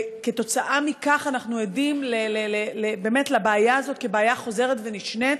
וכתוצאה מכך אנחנו עדים באמת לבעיה הזאת כבעיה חוזרת ונשנית.